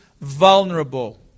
vulnerable